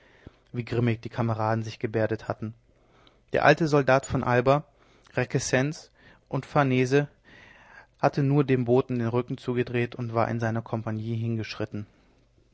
wie grimmig die kameraden sich gebärdet hatten der alte soldat von alba requesens und farnese hatte nur dem boten den rücken gedreht und war zu seiner kompanie hingeschritten